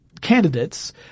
candidates